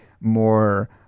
more